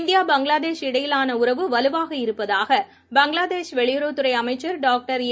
India Bangladesh இடையிலானஉறவு வலுவாக இருப்பதாக பங்களாதேஷ் வெளியுறவுத்துறைஅமைச்சர் டாக்டர் ஏ